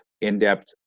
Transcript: in-depth